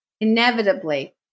inevitably